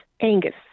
Angus